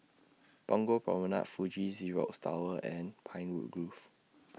Punggol Promenade Fuji Xerox Tower and Pinewood Grove